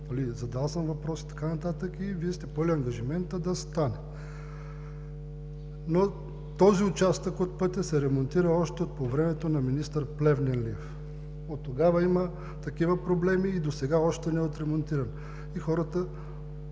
задал въпроса и Вие сте поели ангажимент да стане, но този участък от пътя се ремонтира още по времето на министър Плевнелиев. От тогава има такива проблеми и досега още не е отремонтиран. И хората